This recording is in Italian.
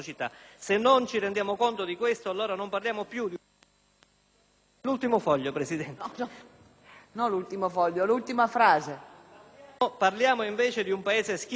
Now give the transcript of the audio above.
parliamo, invece, di un Paese schizofrenico. Lo sviluppo armonico dell'Italia